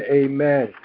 amen